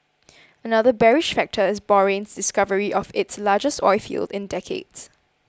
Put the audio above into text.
another bearish factor is Bahrain's discovery of its largest oilfield in decades